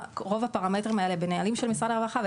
לא רוצים לברוח ממנו.